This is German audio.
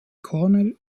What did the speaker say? cornell